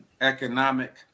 economic